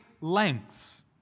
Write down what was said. lengths